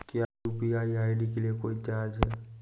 क्या UPI ID के लिए कोई चार्ज है?